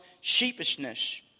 sheepishness